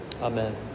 Amen